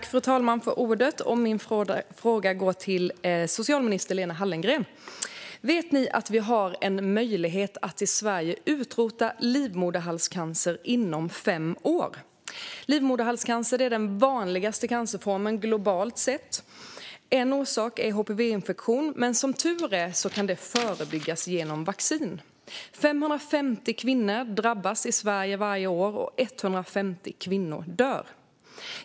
Fru talman! Min fråga går till socialminister Lena Hallengren. Vet ni att vi har en möjlighet att i Sverige utrota livmoderhalscancer inom fem år? Livmoderhalscancer är den vanligaste cancerformen globalt sett. En orsak är HPV-infektion. Men som tur är kan den förebyggas genom vaccin. 550 kvinnor drabbas i Sverige varje år, 150 kvinnor dör.